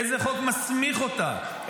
איזה חוק מסמיך אותה?